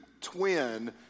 twin